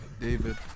David